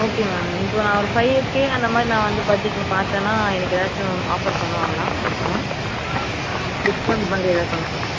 okay ma'am இப்போது நான் ஒரு ஃபைவுக்கே அந்த மாதிரி நான் வந்து பட்ஜெட்டில் பார்த்தேன்னா எனக்கு எதாச்சும் ஆஃபர் பண்ணுவாங்களா மொத்தமாக டிஸ்கவுண்ட் மாதிரி எதாவது பண்ணுவாங்களா